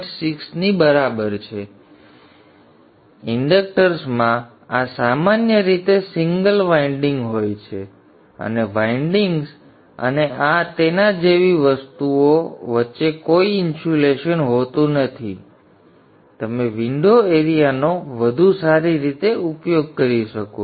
6 ની બરાબર છે ઇન્ડક્ટર્સમાં આ સામાન્ય રીતે સિંગલ વાઇન્ડિંગ હોય છે અને વાઇન્ડિંગ્સ અને તેના જેવી વસ્તુઓ વચ્ચે કોઈ ઇન્સ્યુલેશન હોતું નથી અને તેથી તમે વિન્ડો એરિયાનો વધુ સારી રીતે ઉપયોગ કરી શકો છો